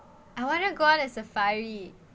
I wanna go on a safari